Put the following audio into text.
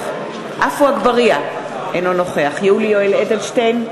נוכח עפו אגבאריה, אינו נוכח יולי יואל אדלשטיין,